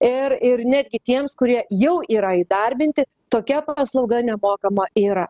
ir ir netgi tiems kurie jau yra įdarbinti tokia paslauga nemokama yra